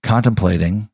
Contemplating